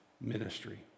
ministry